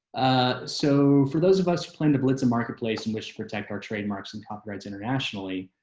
so for those of us who plan to blitz and marketplace in which protect our trademarks and copyrights internationally.